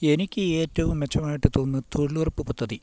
എനിക്ക് ഏറ്റവും മെച്ചമായിട്ട് തോന്നുന്നു തൊഴിലുറപ്പ് പദ്ധതി